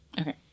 okay